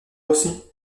aussi